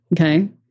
okay